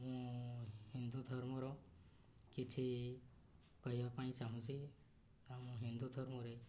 ମୁଁ ହିନ୍ଦୁ ଧର୍ମର କିଛି କହିବା ପାଇଁ ଚାହୁଁଛି ଆଉ ମୁଁ ହିନ୍ଦୁ ଧର୍ମରେ